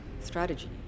strategy